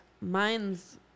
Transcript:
Mine's